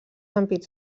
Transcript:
ampits